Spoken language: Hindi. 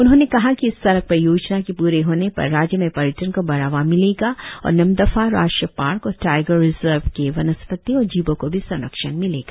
उन्होंने कहा कि इस सड़क परियोजना के प्रे होने पर राज्य में पर्यटन को बढ़ावा मिलेगा और नामदफा राष्ट्रीय पार्क और टाइगर रिजर्व के वनस्पति और जीवो को भी संरक्षण मिलेगा